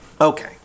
Okay